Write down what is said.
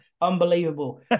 Unbelievable